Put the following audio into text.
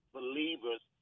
believers